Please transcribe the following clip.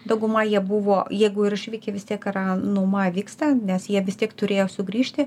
dauguma jie buvo jeigu ir išvykę vis tiek yra nuoma vyksta nes jie vis tiek turėjo sugrįžti